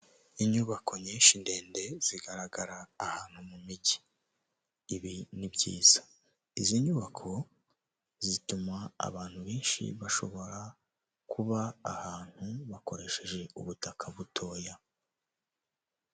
Amafaranga y'amadorari azinze mu mifungo akaba ari imifungo itandatu iyi mifungo uyibonye yaguhindurira ubuzima rwose kuko amadolari ni amafaranga menshi cyane kandi avunjwa amafaranga menshi uyashyize mumanyarwanda rero uwayaguha wahita ugira ubuzima bwiza.